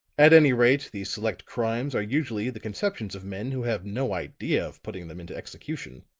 at any rate the select crimes are usually the conceptions of men who have no idea of putting them into execution.